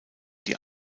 die